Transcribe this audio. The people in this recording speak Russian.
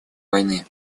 войны